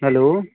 hello